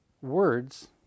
words